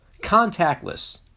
Contactless